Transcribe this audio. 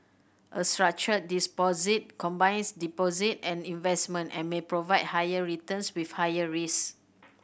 a structured deposit combines deposits and investment and may provide higher returns with higher risk